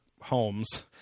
homes